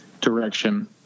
direction